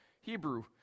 Hebrew